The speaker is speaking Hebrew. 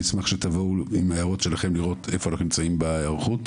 אני אשמח שתבואו עם ההערות שלכם כדי שנראה איפה אנחנו נמצאים בהיערכות.